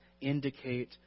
indicate